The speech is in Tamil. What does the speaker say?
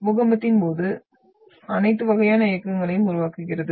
பூகம்பத்தின் போது அனைத்து வகையான இயக்கங்களையும் உருவாகிறது